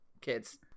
Kids